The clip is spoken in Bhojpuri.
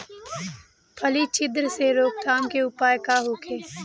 फली छिद्र से रोकथाम के उपाय का होखे?